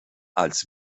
als